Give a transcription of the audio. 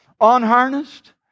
Unharnessed